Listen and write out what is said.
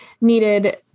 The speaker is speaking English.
needed